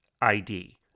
ID